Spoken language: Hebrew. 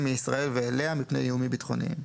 מישראל ואליה מפני איומים ביטחוניים,